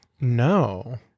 no